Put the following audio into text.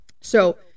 So-